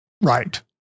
Right